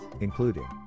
including